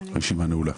הישיבה נעולה.